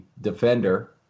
defender